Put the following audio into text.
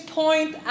point